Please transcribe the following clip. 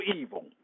evil